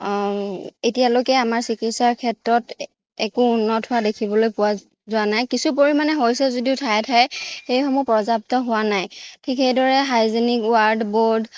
এতিয়ালৈকে আমাৰ চিকিৎসাৰ ক্ষেত্ৰত একো উন্নত হোৱা দেখিবলৈ পোৱা যোৱা নাই কিছু পৰিমাণে হৈছে যদিও ঠায়ে ঠায়ে এইসমূহ পৰ্যাপ্ত হোৱা নাই ঠিক সেইদৰে হাইজেনিক ৱাৰ্ড বৰ্ড